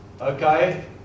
okay